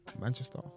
Manchester